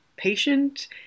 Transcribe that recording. patient